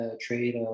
trade